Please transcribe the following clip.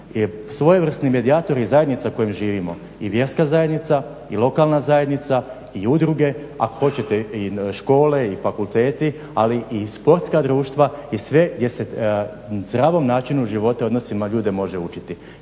svojevrsni medijator je zajednica u kojoj živimo i vjerska zajednica i lokalna zajednica i udruge, ako hoćete i škole i fakulteti ali i sportska društva i sve gdje se zdravom načinu života i odnosima ljude može učiti.